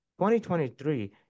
2023